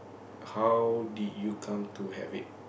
how did you come to have it